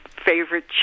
favorite